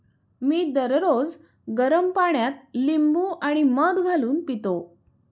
मी दररोज गरम पाण्यात लिंबू आणि मध घालून पितो